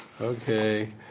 Okay